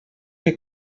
que